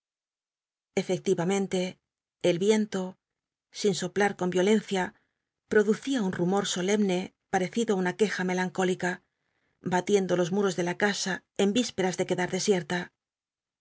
efectivamente el viento sin soplar con violencia producia un rumor solemne parecido á una queja melancól ica batiendo los muros de la casa en vísperas de quedar desiet'la